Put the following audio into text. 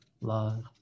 love